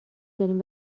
داریم